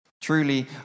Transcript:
Truly